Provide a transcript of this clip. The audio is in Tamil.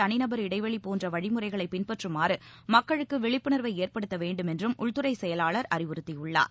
தனிநபர் இடைவெளிபோன்றவழிமுறைகளைபின்பற்றமாறுமக்களுக்குவிழிப்புணர்வைஏற்படுத்தவேண்டுமென்றும் உள்துறைச் செயலாளர் அறிவுறுத்தியுள்ளார்